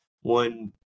one